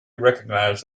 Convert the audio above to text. recognize